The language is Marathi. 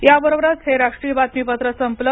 याबरोबरच हे राष्ट्रीय बातमीपत्र संपलं